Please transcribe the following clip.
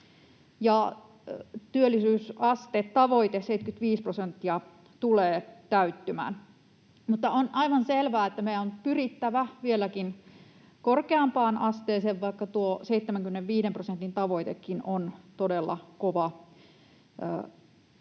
työllisyysastetavoite 75 prosenttia tulee täyttymään. Mutta on aivan selvää, että meidän on pyrittävä vieläkin korkeampaan asteeseen, vaikka tuo 75 prosentin tavoitekin on todella kova.